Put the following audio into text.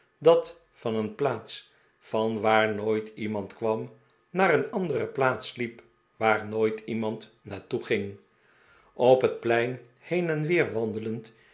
dat van een plaats variwaar nooit iemand kwam naar een andere plaats liep waar nooit iemand naar toe ging op het plein heen weer wandelend